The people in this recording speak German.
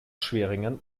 schwierigen